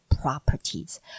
properties